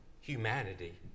humanity